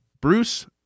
Bruce